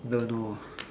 don't know ah